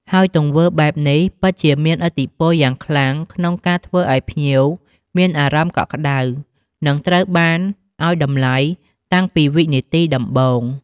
ហើយទង្វើបែបនេះពិតជាមានឥទ្ធិពលយ៉ាងខ្លាំងក្នុងការធ្វើឲ្យភ្ញៀវមានអារម្មណ៍កក់ក្ដៅ និងត្រូវបានឲ្យតម្លៃតាំងពីវិនាទីដំបូង។